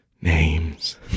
names